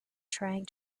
trying